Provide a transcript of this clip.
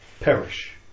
perish